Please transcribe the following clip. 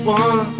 one